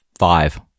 Five